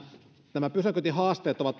nämä pysäköintihaasteet ovat